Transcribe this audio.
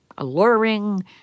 Alluring